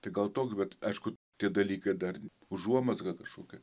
tai gal toks bet aišku tie dalykai dar užuomazga kažkokia